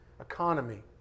economy